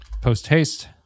post-haste